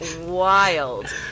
wild